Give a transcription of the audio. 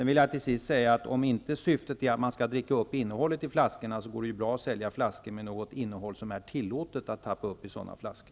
Till sist vill jag säga att om inte syftet är att man skall dricka upp innehållet i flaskorna, går det bra att sälja flaskor med något innehåll som är tillåtet att tappa upp på sådana flaskor.